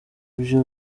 ibyo